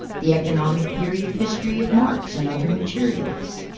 the economic theory of history of marx and other materialists.